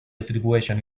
atribueixen